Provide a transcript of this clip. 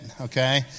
okay